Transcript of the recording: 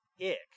ick